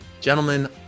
Gentlemen